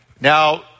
Now